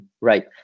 Right